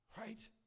Right